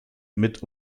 mit